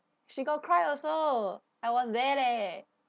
she got cry also I was there leh